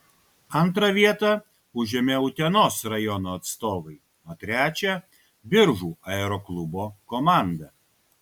antrą vietą užėmė utenos rajono atstovai o trečią biržų aeroklubo komanda